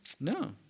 No